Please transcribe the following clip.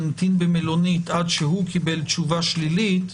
המתין במלונית עד שהוא קיבל תשובה שלילית,